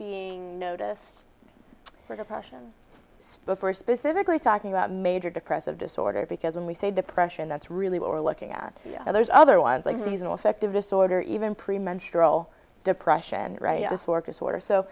being noticed for depression spot for specifically talking about major depressive disorder because when we say depression that's really what we're looking at those other ones like seasonal affective disorder or even pre menstrual depression right